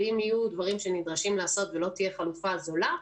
ואם יהיו דברים שנדרשים לעשות ולא תהיה חלופה זולה,